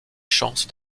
chances